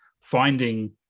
finding